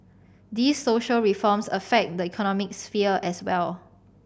these social reforms affect the economic sphere as well